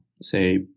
say